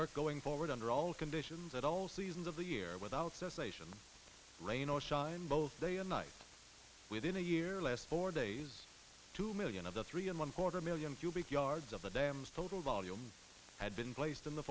work going forward under all conditions at all seasons of the year without cessation rain or shine both day and night within a year last four days two million of the three and one quarter million cubic yards of the dams total volume had been placed in the